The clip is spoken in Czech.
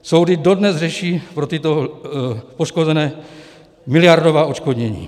Soudy dodnes řeší pro tyto poškozené miliardová odškodnění.